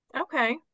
okay